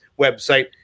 website